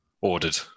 ordered